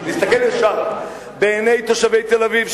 להסתכל ישר בעיני תושבי תל-אביב,